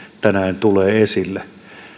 tänään toi esille